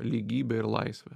lygybė ir laisvė